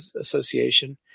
association